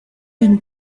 d’une